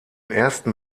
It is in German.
ersten